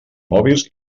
mòbils